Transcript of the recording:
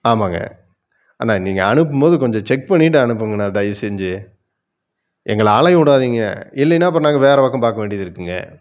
ஆமாங்க அண்ணா நீங்கள் அனுப்பும் போது கொஞ்சம் செக் பண்ணிவிட்டு அனுப்புங்கண்ணா தயவு செஞ்சு எங்களை அலைய விடாதிங்க இல்லைன்னா அப்புறம் நாங்கள் வேறு பக்கம் பார்க்க வேண்டியது இருக்குங்க